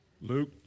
Luke